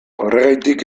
horregatik